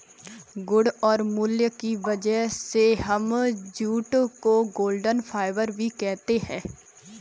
गुण और मूल्य की वजह से हम जूट को गोल्डन फाइबर भी कहते है